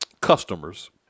customers